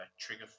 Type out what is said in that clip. trigger